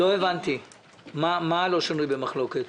מה לא שנוי במחלוקת,